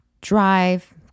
drive